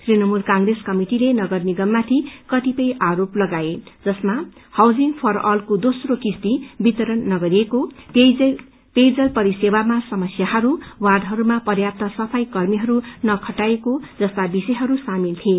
तृणमूल कंग्रेस कमिटिले नगर निगममाथि कतिपय आरोप लगाए जसमा हाउसिंग फर अलको दोम्रो कस्ती वितरण नगरिएको पेयजल परिसेवामा समस्याहरू वार्डहरूमा पर्याप्त सफाई कर्मीहरू नखटाइएको जस्ता विषयहरू सामेल थिए